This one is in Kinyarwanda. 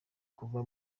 kuva